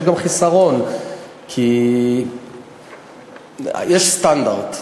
יש גם חיסרון, כי יש סטנדרט.